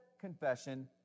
confession